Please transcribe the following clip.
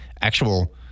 actual